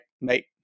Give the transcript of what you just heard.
mate